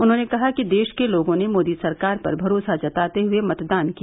उन्होंने कहा कि देश के लोगों ने मोदी सरकार पर भरोसा जताते हुए मतदान किया